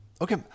Okay